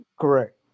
Correct